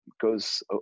goes